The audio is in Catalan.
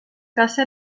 caça